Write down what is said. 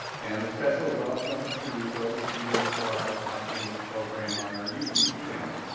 and a special welcome to those of you who are watching this program on our youtube channel.